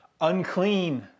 unclean